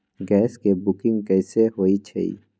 Gas के booking कैसे होईछई?